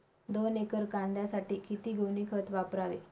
दोन एकर कांद्यासाठी किती गोणी खत वापरावे?